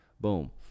Boom